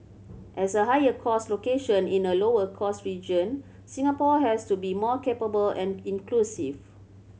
as a higher cost location in a lower cost region Singapore has to be more capable and inclusive